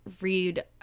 read